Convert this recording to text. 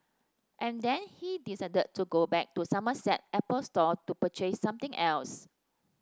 and then he decided to go back to the Somerset Apple Store to purchase something else